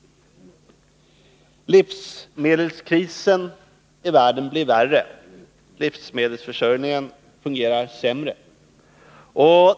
Livsmedelskrisen i världen blir värre. Livsmedelsförsörjningen fungerar sämre.